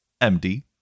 md